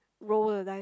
roll the dice